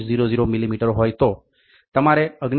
00 millimetre હોય તો તમારે 79